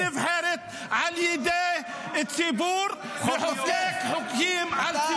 אין סמכות לכנסת שנבחרת על ידי ציבור לחוקק חוקים על ציבור אחר.